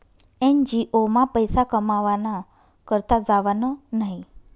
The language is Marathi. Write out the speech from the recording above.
एन.जी.ओ मा पैसा कमावाना करता जावानं न्हयी